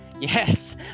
Yes